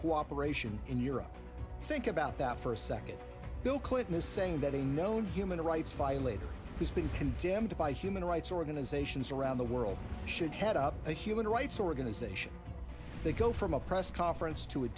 cooperation in europe think about that for a second bill clinton is saying that a known human rights violator has been condemned by human rights organizations around the world should head up the human rights organization they go from a press conference to a